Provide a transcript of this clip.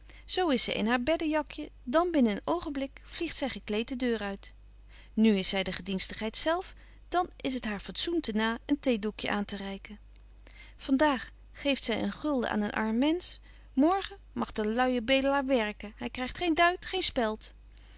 zo is zy in haar beddejakje en binnen een oogenblik vliegt zy gekleed de deur uit nu is zy de gedienstigheid zelf dan is het haar fatsoen te na een theedoekje aan te reiken van daag geeft zy een gulden aan een arm mensch morgen mag de luije bedelaar werken hy krygt geen duit geen speld